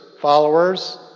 followers